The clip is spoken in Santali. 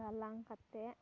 ᱜᱟᱞᱟᱝ ᱠᱟᱛᱮᱫ